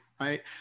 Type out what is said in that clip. Right